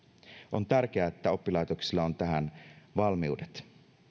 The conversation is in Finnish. on tärkeää että oppilaitoksilla on tähän valmiudet